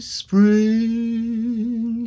spring